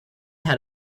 had